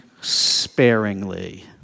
sparingly